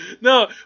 No